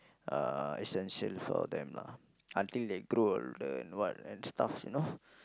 uh essential for them lah until they grow then what and stuff you know